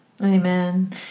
Amen